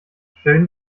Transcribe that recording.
schön